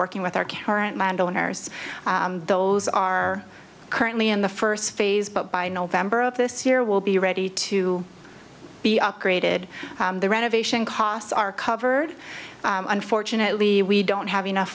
working with our current landowners those are currently in the first phase but by november of this year will be ready to be upgraded the renovation costs are covered unfortunately we don't have enough